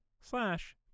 slash